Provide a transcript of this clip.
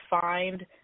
find